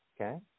Okay